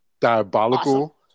diabolical